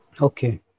Okay